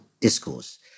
discourse